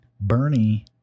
Bernie